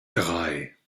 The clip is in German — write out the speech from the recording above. drei